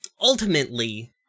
Ultimately